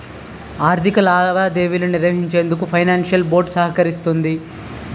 ఆర్థిక లావాదేవీలు నిర్వహించేందుకు ఫైనాన్షియల్ బోర్డ్ సహకరిస్తుంది